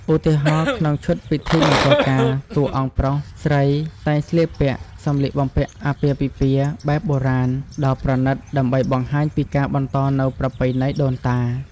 ឧទាហរណ៍ ក្នុងឈុត ពិធីមង្គលការ តួអង្គប្រុសស្រីតែងស្លៀកពាក់ សម្លៀកបំពាក់អាពាហ៍ពិពាហ៍បែបបុរាណ ដ៏ប្រណីត ដើម្បីបង្ហាញពីការបន្តនូវប្រពៃណីដូនតា។